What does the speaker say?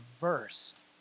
reversed